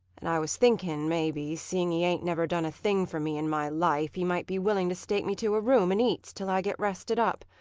and i was thinking maybe, seeing he ain't never done a thing for me in my life, he might be willing to stake me to a room and eats till i get rested up.